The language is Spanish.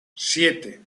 siete